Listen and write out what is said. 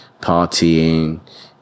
partying